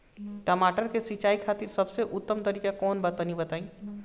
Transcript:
टमाटर के सिंचाई खातिर सबसे उत्तम तरीका कौंन बा तनि बताई?